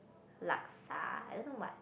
laksa I don't know what